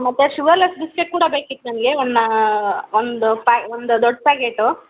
ಹಾಂ ಮತ್ತೆ sugarless biscuit ಕೂಡ ಬೇಕಿತ್ತು ನನಗೆ ಒನ್ ಒಂದು ಪೈ ಒಂದು ದೊಡ್ಡ ಪ್ಯಾಕೆಟು